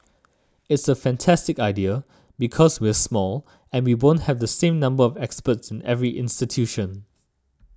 it's a fantastic idea because we're small and we won't have the same number of experts in every institution